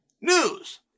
news